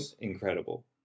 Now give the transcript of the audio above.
incredible